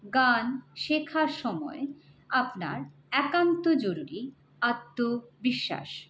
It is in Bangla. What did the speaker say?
গান শেখার সময় আপনার একান্ত জরুরি আত্মবিশ্বাস